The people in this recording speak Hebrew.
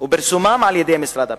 ופרסומם על-ידי משרד הפנים.